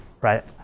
right